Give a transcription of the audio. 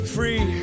Free